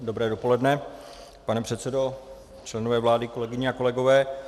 Dobré dopoledne, pane předsedo, členové vlády, kolegyně a kolegové.